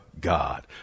God